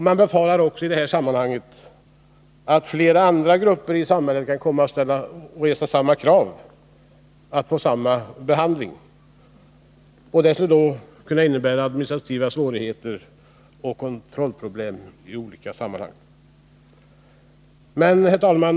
Man befarar också i detta sammanhang att flera andra grupper i samhället kan komma att resa krav på att få åtnjuta samma behandling, vilket skulle kunna leda till administrativa olägenheter och kontrollproblem i olika sammanhang. Herr talman!